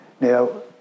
Now